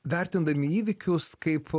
vertindami įvykius kaip